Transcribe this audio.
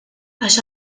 għax